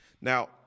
Now